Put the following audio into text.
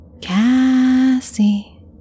Cassie